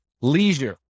leisure